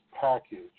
package